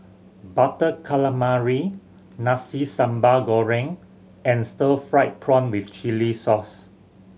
Butter Calamari Nasi Sambal Goreng and stir fried prawn with chili sauce